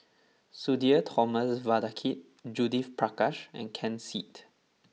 Sudhir Thomas Vadaketh Judith Prakash and Ken Seet